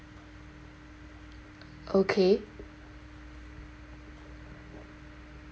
okay